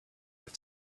with